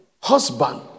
husband